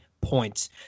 points